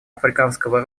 африканского